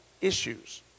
issues